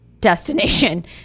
destination